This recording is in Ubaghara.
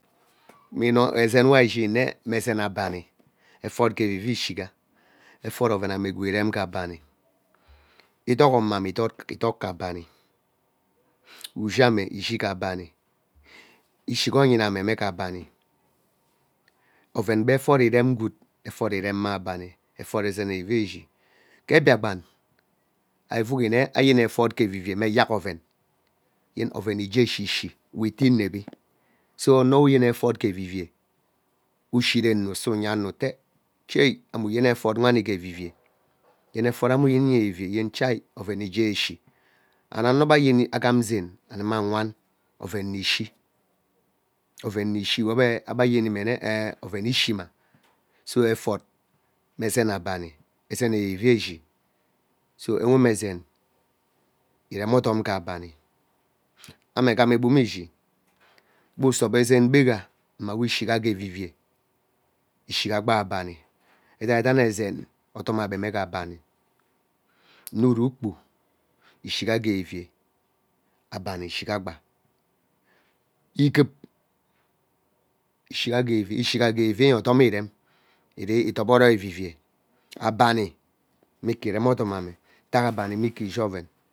Mme inon ezen we ari iyinime mme ezen abami efor gee evive ishiga efor ovename gwood irem gee abani idoi omome ido ido gee abani ushame ishi gee abani ishiga onyina me nne gee abani oven be efot irem gwood etot irem mme abami efot ezen evive ishi. ke Biakpan ari vugi nne ayeni efot gee evivei mme eyak oven yen oven igee eshi shi we ite inevi so ono we nyeni efot gee evive ushi ren unusa uye ano ete chai ame uyeni efot wani gee evivei yene efot nwe ame uyemi uye gee evive yen chei oven igee eshi and ano be ayemi agham zee anuma wan shi we ebe ebe yeni mmene ee oven oshina so efot mme ezen abani ezen evive ishi so eweme ezen ivem odom gee abani ame gha me agbum ishi bee uso be ezeen gbegha mmawe ishiga gee evive ishiga gba abani edaidene ezen odom ebe mme gee abani mme urukpu ishuga gee evivei abani ishuga gee evivei nye odom ivem ive idoboro evivei abani mme ike irem odom ame ntak abani me ike ishi oven.